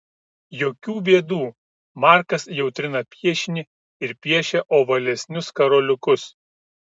jokių bėdų markas jau trina piešinį ir piešia ovalesnius karoliukus